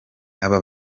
aba